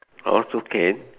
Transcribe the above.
also can